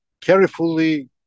carefully